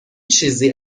چیزی